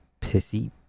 pissy